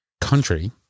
country